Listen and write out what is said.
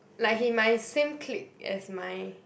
like he my same clique as my